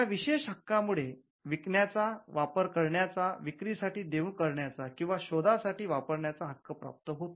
या विशेष हक्का मुळे विकण्याचा वापर करण्याचा विक्री साठी देऊ करण्याचा किंवा शोध साठी वापरण्याचा हक्क प्राप्त होतो